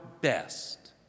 best